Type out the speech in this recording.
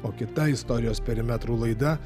o kita istorijos perimetrų laida